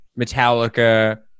Metallica